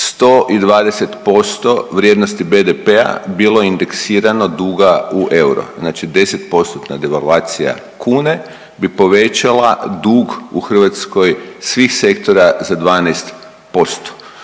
120% vrijednosti BDP-a bilo indeksirano duga u euro. Znači 10%-na devalvacija kuna bi povećala dug u Hrvatskoj svih sektora za 12%.